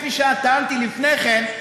כפי שטענתי לפני כן,